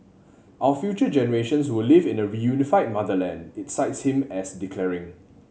our future generations will live in a reunified motherland it cites him as declaring